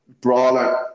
brawler